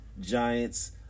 Giants